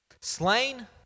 Slain